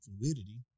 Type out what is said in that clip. fluidity